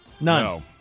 none